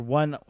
one